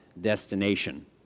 Destination